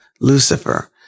Lucifer